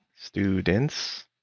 students